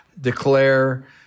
declare